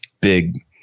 big